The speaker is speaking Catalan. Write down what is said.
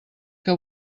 que